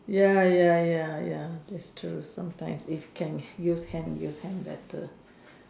ya ya ya ya that's true sometimes if can use hand use hand better